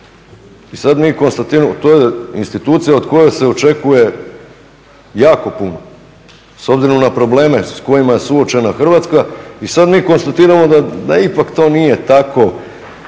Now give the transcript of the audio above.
I sad mi konstatiramo, to je institucija od koje se očekuje jako puno s obzirom na probleme s kojima je suočena Hrvatska, i sad mi konstatiramo da ipak to nije tako